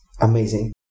amazing